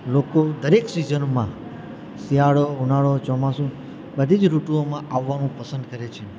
લોકો દરેક સિઝનમાં શિયાળો ઉનાળો ચોમાસું બધી જ ઋતુઓમાં આવવાનું પસંદ કરે છે